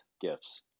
gifts